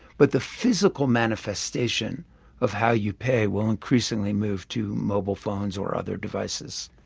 but the physical manifestation of how you pay will increasingly move to mobile phones or other devices